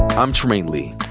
i'm trymaine lee.